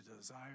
desire